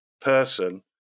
person